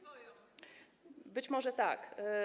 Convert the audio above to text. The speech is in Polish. Być może tak.